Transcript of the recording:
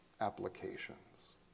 applications